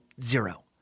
Zero